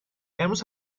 امروز